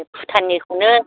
भुटाननिखौनो